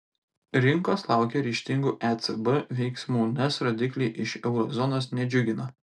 rinkos laukia ryžtingų ecb veiksmų nes rodikliai iš euro zonos nedžiugina